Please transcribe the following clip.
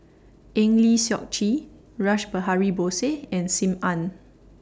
Eng Lee Seok Chee Rash Behari Bose and SIM Ann